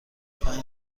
پنج